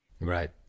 Right